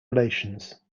relations